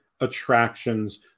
Attractions